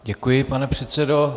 Děkuji, pane předsedo.